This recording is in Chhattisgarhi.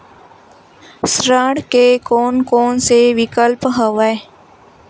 ऋण के कोन कोन से विकल्प हवय?